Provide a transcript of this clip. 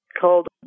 called